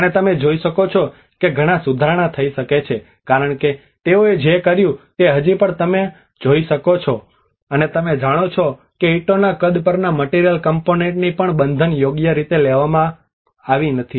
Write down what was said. અને તમે જોઈ શકો છો કે ઘણા સુધારણા થઈ શકે છે કારણ કે તેઓએ જે કંઇ કર્યું તે હજી પણ તમે જોઈ શકે છે અને તમે જાણો છો કે ઇંટોના કદ પરના મટિરિયલ કમ્પોનન્ટની પણ બંધન યોગ્ય રીતે લેવામાં આવી નથી